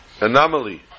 Anomaly